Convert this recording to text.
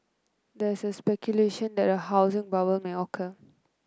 there is speculation that a housing bubble may occur